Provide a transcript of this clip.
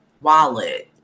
wallet